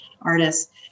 artists